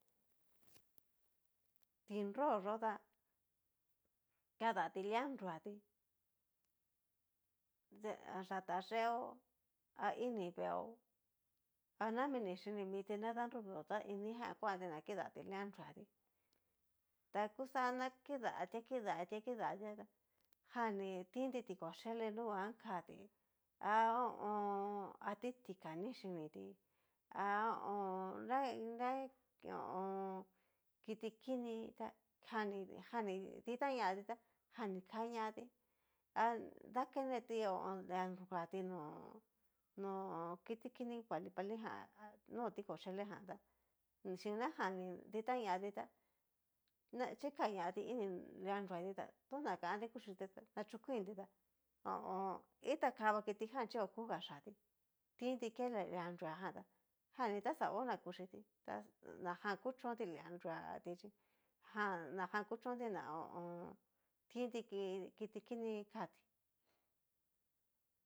Tinro yó ta kadati lia nruatí ta yata yeeó a ini yeeó anami ni chini miti na danruvio tá inijan kuanti na kidati lia nruatí, ta kuxa na kidati kidati kidatia tá jan'ni tinti tikochele ha nuguan katí ha ho o on. a ti tika ni xiniti, ha ho o on. nra nrai ho o on. kitikini ta janni jani ditá ñatí ta jani kañati, ha dakeneti ho o on. lia nruatí no no kiti kini kuali kuali no ti kochelejan tá xin najan ní ditañatí tá chikañatí ini lia nruati tá tona kanti kuchiti ta nachokuinti tá ho o on. itakava kiti jan chi okuga xati tinti ké lia nruajan ta jani ta xa ho na kuchiti ta najan kuchonti lia nruati chí jan najan kuchónti tinti kiti kini katí.